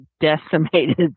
decimated